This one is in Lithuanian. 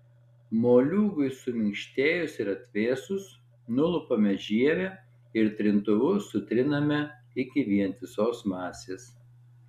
moliūgui suminkštėjus ir atvėsus nulupame žievę ir trintuvu sutriname iki vientisos masės